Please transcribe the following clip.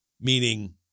meaning